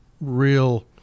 real